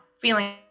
feeling